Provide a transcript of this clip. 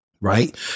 Right